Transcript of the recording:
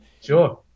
Sure